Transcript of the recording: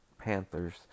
Panthers